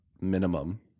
minimum